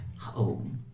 home